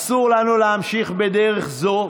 אסור לנו להמשיך בדרך זו,